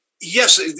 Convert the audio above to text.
Yes